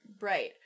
Right